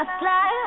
fly